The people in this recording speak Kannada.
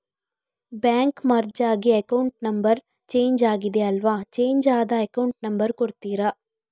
ಬ್ಯಾಂಕ್ ಮರ್ಜ್ ಆಗಿ ಅಕೌಂಟ್ ನಂಬರ್ ಚೇಂಜ್ ಆಗಿದೆ ಅಲ್ವಾ, ಚೇಂಜ್ ಆದ ಅಕೌಂಟ್ ನಂಬರ್ ಕೊಡ್ತೀರಾ?